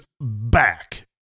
back